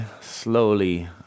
slowly